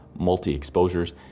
multi-exposures